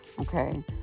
Okay